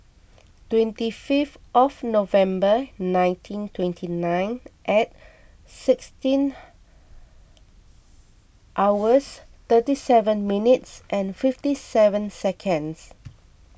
twenty fifth of November nineteen twenty nine and sixteen hours thirty seven minutes and fifty seven seconds